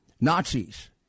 Nazis